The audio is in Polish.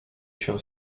się